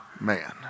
man